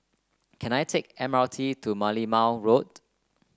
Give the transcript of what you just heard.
can I take M R T to Merlimau Road